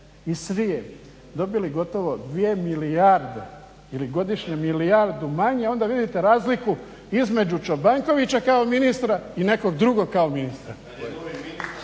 i Srijem dobili gotovo 2 milijarde ili godišnje milijardu manje onda vidite razliku između Čobankovića kao ministra i nekog drugog kao ministra.